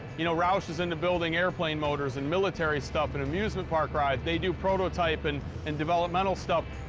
you know, roush is into building airplane motors and military stuff and amusement park rides. they do prototype and and developmental stuff.